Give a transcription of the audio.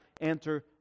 enter